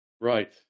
Right